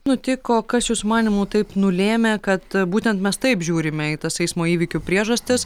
nutiko kas jūsų manymu taip nulėmė kad būtent mes taip žiūrime į tas eismo įvykių priežastis